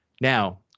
Now